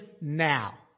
now